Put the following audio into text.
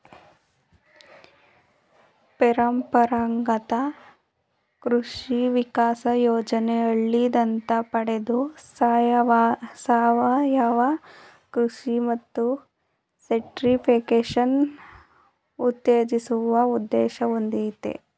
ಪರಂಪರಾಗತ ಕೃಷಿ ವಿಕಾಸ ಯೋಜನೆ ಹಳ್ಳಿ ದತ್ತು ಪಡೆದು ಸಾವಯವ ಕೃಷಿ ಮತ್ತು ಸರ್ಟಿಫಿಕೇಷನ್ ಉತ್ತೇಜಿಸುವ ಉದ್ದೇಶ ಹೊಂದಯ್ತೆ